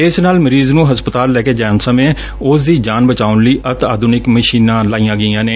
ਇਸ ਨਾਲ ਮਰੀਜ਼ ਨੂੰ ਹਸਪਤਾਲ ਲੈ ਕੇ ਜਾਣ ਸਮੇਂ ਉਸ ਦੀ ਜਾਨ ਬਚਾਉਣ ਲਈ ਅਤਿ ਆਧੁਨਿਕ ਮਸ਼ੀਨਾਂ ਲਾਈਆਂ ਗਈਆਂ ਨੇ